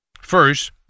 First